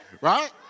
right